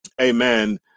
amen